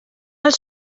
els